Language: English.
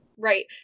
Right